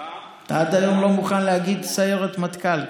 אתה עד היום לא מוכן להגיד סיירת מטכ"ל.